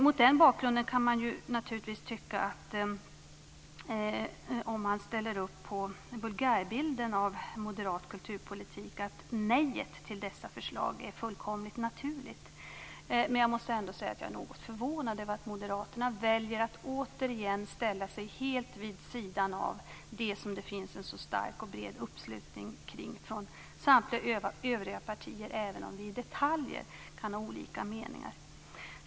Mot den bakgrunden kan man naturligtvis tycka, om man ställer upp på vulgärbilden av en moderat kulturpolitik, att nejet till dessa förslag är fullkomligt naturligt. Men jag måste ändå säga att jag är något förvånad över att Moderaterna återigen väljer att ställa sig helt vid sidan av det som det finns en så stark och bred uppslutning kring från samtliga övriga partier, även om vi kan ha olika meningar i detaljer.